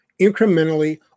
incrementally